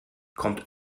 kommt